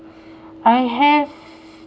I have